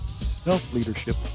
self-leadership